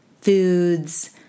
foods